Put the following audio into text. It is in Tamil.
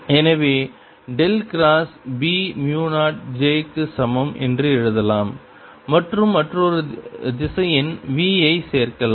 எனவே டெல் கிராஸ் b மு 0 j க்கு சமம் என்று எழுதலாம் மற்றும் மற்றொரு திசையன் v ஐ சேர்க்கலாம்